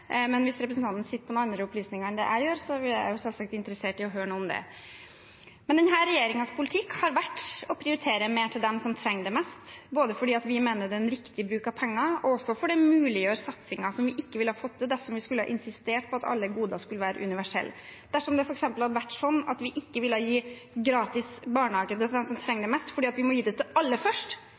Men hvis representanten sitter på andre opplysninger enn det jeg gjør, er jeg selvfølgelig interessert i å høre om det. Denne regjeringens politikk har vært å prioritere mer til dem som trenger det mest, både fordi vi mener det er en riktig bruk av penger, og fordi det muliggjør satsinger som vi ikke ville fått til dersom vi skulle insistert på at alle goder skulle være universelle. Dersom det f.eks. hadde vært sånn at vi ikke ville gi gratis barnehageplass til dem som trenger det mest, fordi vi måtte gi det til alle først,